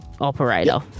operator